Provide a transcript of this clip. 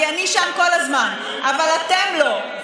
כי אני שם כל הזמן, אבל אתם לא.